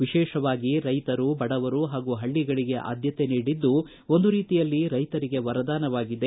ವಿಶೇಷವಾಗಿ ರೈತರು ಬಡವರು ಪಾಗೂ ಪಳ್ಳಗಳಿಗೆ ಆದ್ಮತೆ ನೀಡಿದ್ದು ಒಂದು ರೀತಿಯಲ್ಲಿ ರೈತರಿಗೆ ವರದಾನವಾಗಿದೆ